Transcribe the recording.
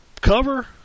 cover